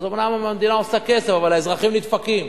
אז אומנם המדינה עושה כספים, אבל האזרחים נדפקים.